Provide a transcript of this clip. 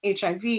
HIV